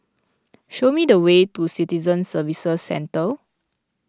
show me the way to Citizen Services Centre